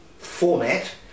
Format